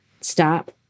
stop